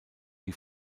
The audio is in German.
die